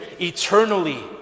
eternally